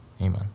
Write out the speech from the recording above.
Amen